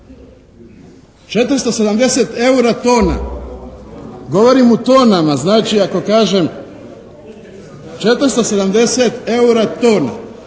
470 eura tona, govorim u tonama. Znači ako kažem 470 eura tona.